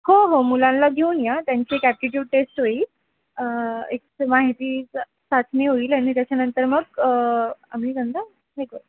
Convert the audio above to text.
हो हो मुलांना घेऊन या त्यांची एक ॲपटीट्यूड टेस्ट होईल एक माहिती स चाचणी होईल आणि त्याच्यानंतर मग आम्ही त्यांचा हे क